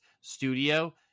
studio